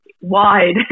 wide